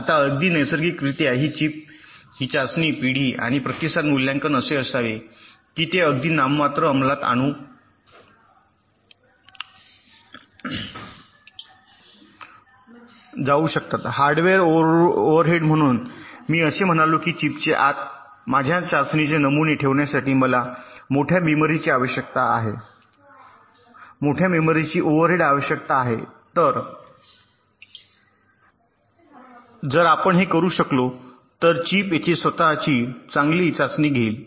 आता अगदी नैसर्गिकरित्या ही चिप ही चाचणी पिढी आणि प्रतिसाद मूल्यांकन असे असावे की ते अगदी नाममात्र अंमलात आणले जाऊ शकतात हार्डवेअर ओव्हरहेड म्हणून मी असे म्हणालो की चिपच्या आत माझ्या चाचणीचे नमुने ठेवण्यासाठी मला मोठ्या मेमरीची ओव्हरहेड आवश्यकता आहे तर जर आपण हे करू शकलो तर चिप येथे स्वत ची चांगले चाचणी घेईल